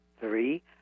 three